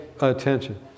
attention